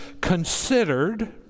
considered